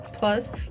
plus